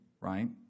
right